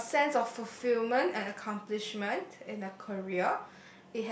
a sense of fulfilment and accomplishment in a career